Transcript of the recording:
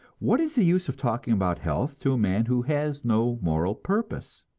what is the use of talking about health to a man who has no moral purpose?